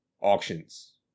auctions